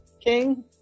king